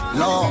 no